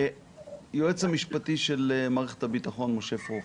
היועץ המשפטי של מערכתך הביטחון, משה פרוכט.